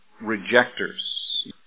rejectors